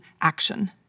action